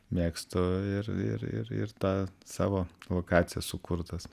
mėgstu ir ir ir ir tą savo lokacijas sukurtas